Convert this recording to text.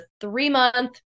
three-month